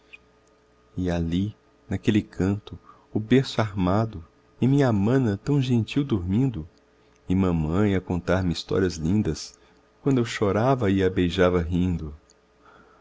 e ali naquele canto o berço armado e minha mana tão gentil dormindo e mamãe a contar-me histórias lindas quando eu chorava e a beijava rindo